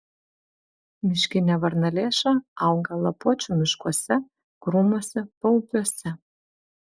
miškinė varnalėša auga lapuočių miškuose krūmuose paupiuose